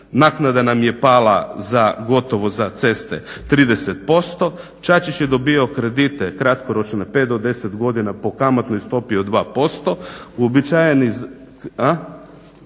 Naknada nam je pala za gotovo za ceste 30%, Čačić je dobivao kredite kratkoročne 5 do 10 godina po kamatnoj stopi od 2%.